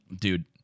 dude